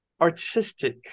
artistic